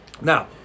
Now